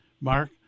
Mark